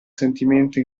sentimento